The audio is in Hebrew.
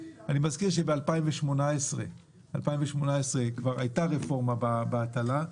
אני מזכיר שב-2018 כבר הייתה רפורמה בהטלה,